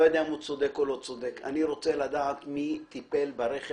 אני רוצה לדעת, מי טיפל ברכב